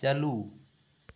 ᱪᱟᱹᱞᱩ